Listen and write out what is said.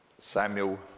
Samuel